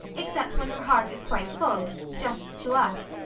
except when her heart is quite full just to us.